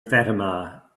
fatima